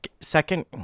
second